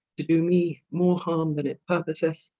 to doe me more harme, then it purposeth